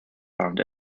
found